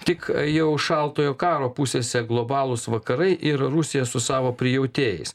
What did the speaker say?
tik jau šaltojo karo pusėse globalūs vakarai ir rusija su savo prijautėjais